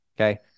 okay